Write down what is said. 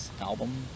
album